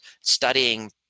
studying